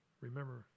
remember